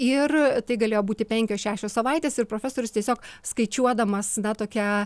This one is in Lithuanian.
ir tai galėjo būti penkios šešios savaitės ir profesorius tiesiog skaičiuodamas na tokia